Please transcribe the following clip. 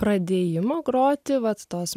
pradėjimo groti vat tos